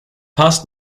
passed